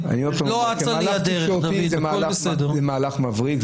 כמהלך תקשורתי זה מהלך מבריק,